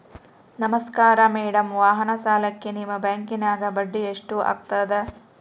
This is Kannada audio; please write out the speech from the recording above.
ನಮಸ್ಕಾರ ಮೇಡಂ ವಾಹನ ಸಾಲಕ್ಕೆ ನಿಮ್ಮ ಬ್ಯಾಂಕಿನ್ಯಾಗ ಬಡ್ಡಿ ಎಷ್ಟು ಆಗ್ತದ?